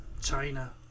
China